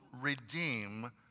redeem